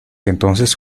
entonces